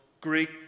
Greek